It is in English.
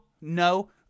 no